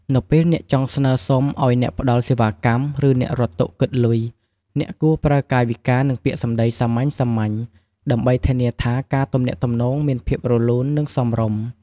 នៅពេលអ្នកចង់ស្នើសុំឲ្យអ្នកផ្ដល់សេវាកម្ម ឬអ្នករត់តុគិតលុយ អ្នកគួរប្រើកាយវិការ និងពាក្យសម្ដីសាមញ្ញៗ ដើម្បីធានាថាការទំនាក់ទំនងមានភាពរលូន និងសមរម្យ។